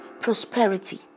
prosperity